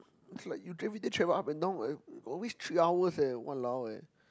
it's like you everyday travel up and down like waste three hours eh !walao! eh